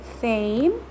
fame